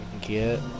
get